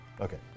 Okay